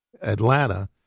Atlanta